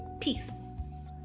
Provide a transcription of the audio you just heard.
Peace